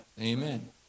Amen